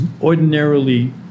ordinarily